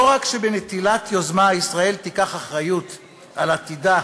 לא רק שבנטילת יוזמה ישראל תיקח אחריות על עתידה